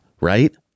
right